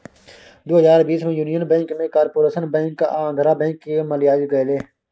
दु हजार बीस मे युनियन बैंक मे कारपोरेशन बैंक आ आंध्रा बैंक केँ मिलाएल गेलै